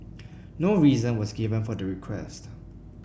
no reason was given for the request